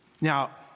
Now